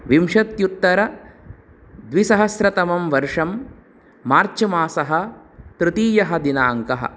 विंशत्युत्तरद्विसहस्रतमं वर्षं मार्च् मासः तृतीयः दिनाङ्कः